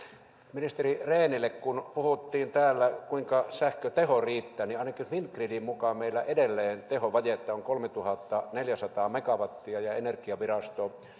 ministeri rehnille kun puhuttiin täällä kuinka sähköteho riittää niin ainakin fingridin mukaan meillä edelleen tehovajetta on kolmetuhattaneljäsataa megawattia ja energiavirasto